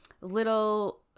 little